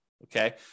Okay